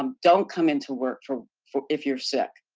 um don't come into work for for if you're sick.